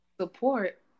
support